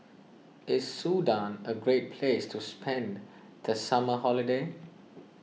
is Sudan a great place to spend the summer holiday